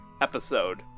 episode